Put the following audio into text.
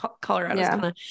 Colorado